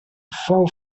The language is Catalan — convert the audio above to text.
fou